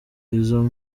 izo